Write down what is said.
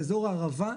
לאזור הערבה,